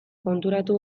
konturatu